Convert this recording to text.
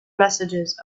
messages